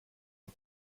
and